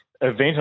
event